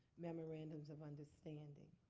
memorandums of understanding.